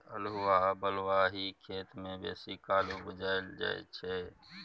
अल्हुआ बलुआही खेत मे बेसीकाल उपजाएल जाइ छै